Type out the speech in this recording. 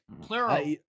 plural